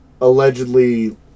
allegedly